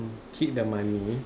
keep the money